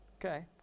Okay